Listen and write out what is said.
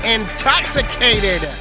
Intoxicated